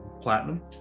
platinum